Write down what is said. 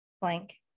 blank